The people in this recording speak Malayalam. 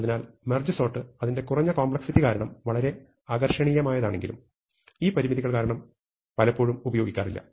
അതിനാൽ മെർജ് സോർട്ട് അതിന്റെ കുറഞ്ഞ കോംപ്ലക്സിറ്റി കാരണം വളരെ ആകർഷണീയമായതാണെങ്കിലും ഈ പരിമിതികൾ കാരണം പലപ്പോഴും ഉപയോഗിക്കാറില്ല